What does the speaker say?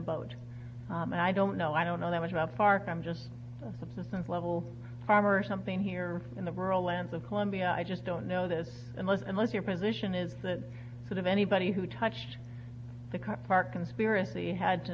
boat and i don't know i don't know that much about fark i'm just a subsistence level farmer or something here in the rural lands of colombia i just don't know this unless unless your position is that sort of anybody who touched the car park conspiracy had to